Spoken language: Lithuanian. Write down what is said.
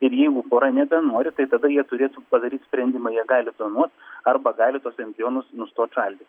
ir jeigu pora nebenori tai tada jie turėtų padaryt sprendimą jie gali donuot arba gali tuos embrionus nustot šaldyt